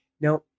Now